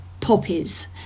poppies